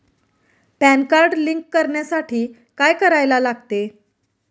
Pan card link करण्यासाठी काय करायला लागते?